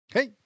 Hey